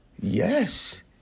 Yes